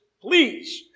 Please